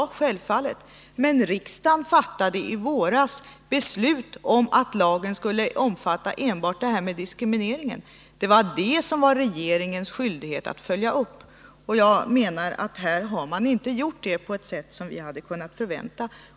Ja, självfallet. Men riksdagen fattade i Nr 51 våras beslut om att lagen skulle omfatta enbart diskrimineringen. Det var Torsdagen den regeringens skyldighet att följa upp det beslutet. Jag menar att man inte gjort — 13 december 1979 det på det sätt som vi hade kunnat förvänta.